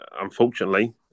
unfortunately